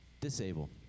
Disable